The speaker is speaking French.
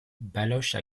baloche